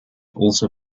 also